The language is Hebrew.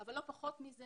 אבל לא פחות מזה,